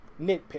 nitpick